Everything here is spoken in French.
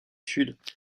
sud